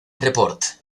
report